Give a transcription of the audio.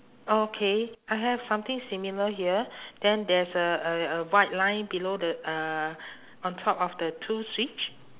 okay I have something similar here then there's a a a white line below the uh on top of the two switch